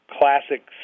classic